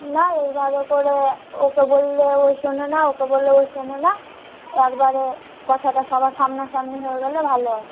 না এবারে করে ওকে বললে ওই শোনে না ওকে বললে ওই শোনে না একবারে কথাটা সবার সামনা সামনি হয়ে গেলে ভালো হবে